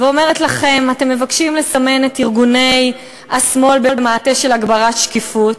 ואומרת לכם: אתם מבקשים לסמן את ארגוני השמאל במעטה של הגברת שקיפות,